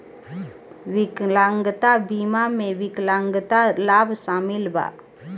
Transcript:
विकलांगता बीमा में विकलांगता लाभ शामिल बा